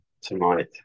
tonight